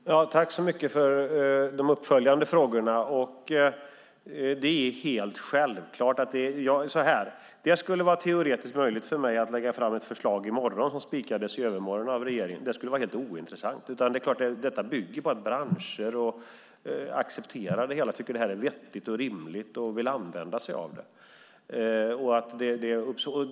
Fru talman! Tack så mycket för de uppföljande frågorna! Det skulle vara teoretiskt möjligt för mig att lägga fram ett förslag i morgon som spikades av regeringen i övermorgon. Men det skulle vara helt ointressant. Det är klart att detta bygger på att branscherna accepterar det hela och tycker att det är vettigt och rimligt och vill använda sig av det.